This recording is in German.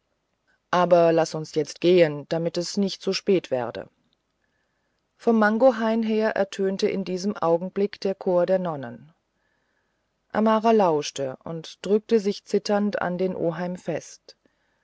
aber laß uns jetzt gehen damit es nicht zu spät werde vom mangohain her ertönte in diesem augenblick der chor der nonnen amara lauschte und drückte sich zitternd an den oheim fest